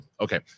okay